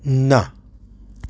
ના